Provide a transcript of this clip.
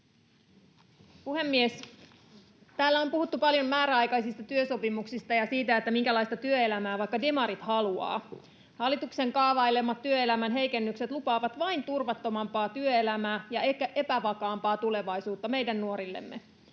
Puhemies! Täällä on puhuttu paljon määräaikaisista työsopimuksista ja siitä, minkälaista työelämää vaikka demarit haluavat. Hallituksen kaavailemat työelämän heikennykset lupaavat vain turvattomampaa työelämää ja epävakaampaa tulevaisuutta meidän nuorillemme.